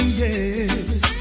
yes